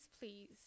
please